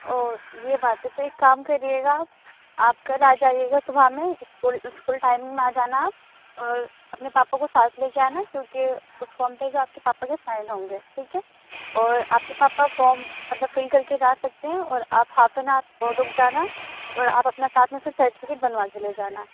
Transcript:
او تو یہ بات ہے تو ایک کام کریے گا آپ آپ کل آ جائیے گا صبح میں اسکول ٹائمینگ میں آ جانا آپ اور اپنے پاپا کو ساتھ لے آنا کیونکہ اس فارم پہ جو ہے آپ کے پاپا کے سائن ہوں گے ٹھیک ہے اور آپ کے پاپا فارم مطلب فل کرکے جا سکتے ہیں اور آپ ہالف ان ہار اور رک جانا اور آپ اپنا ساتھ میں سرٹیفیکیٹ بنوا کے لے جانا